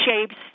shapes